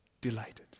delighted